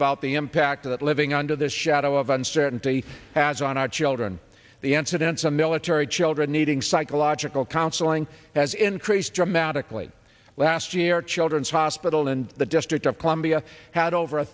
about the impact that living under the shadow of uncertainty has on our children the answer densa military children needing psychological counseling has increased dramatically last year children's hospital and the district of columbia had over a